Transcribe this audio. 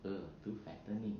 err too fattening